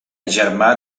germà